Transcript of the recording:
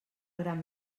gran